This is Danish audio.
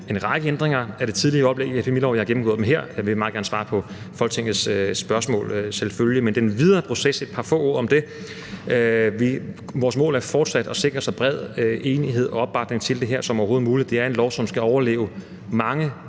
en række ændringer af det tidligere oplæg til epidemiloven. Jeg har gennemgået dem her, og jeg vil selvfølgelig meget gerne svare på Folketingets spørgsmål. Men jeg vil sige et par få ord om den videre proces. Vores mål er fortsat at sikre så bred enighed om og opbakning til det her som overhovedet muligt. Det er en lov, som skal overleve mange